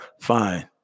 Fine